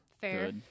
fair